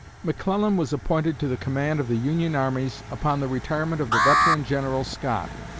mcclellan was appointed to the command of the union armies upon the retirement of the veteran general scott,